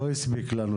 שעתיים לא הספיקו לנו.